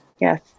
Yes